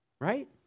right